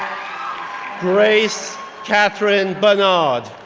grace katherine bernard